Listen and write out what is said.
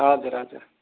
हजुर हजुर